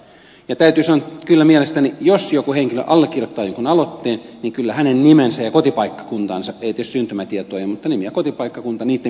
täytyy sanoa että kyllä mielestäni jos joku henkilö allekirjoittaa jonkun aloitteen niin kyllä hänen nimensä ja kotipaikkakuntansa ei tietysti syntymätietojen mutta nimen ja kotipaikkakunnan pitäisi olla julkisia tietoja